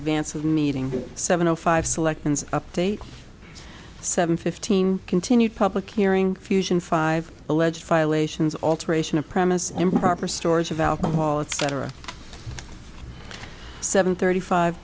advance of the meeting seven o five selections update seven fifteen continue public hearing fusion five alleged violations alteration of premises improper storage of alcohol it's cetera seven thirty five